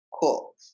Cool